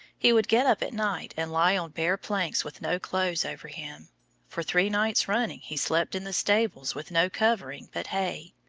he would get up at night and lie on bare planks with no clothes over him for three nights running he slept in the stables with no covering but hay.